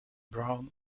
brown